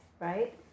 right